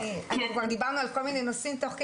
אנחנו כבר דיברנו על כל מיני נושאים תוך כדי.